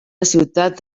ciutat